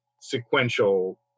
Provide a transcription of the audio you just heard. sequential